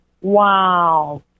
Wow